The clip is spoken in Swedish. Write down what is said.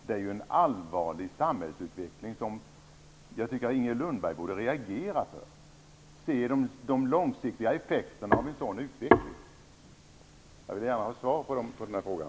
Det är en allvarlig samhällsutveckling som jag tycker att Inger Lundberg borde reagera över. Hon borde se de långsiktiga effekterna av en sådan utveckling. Jag vill gärna ha svar på den frågan.